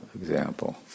example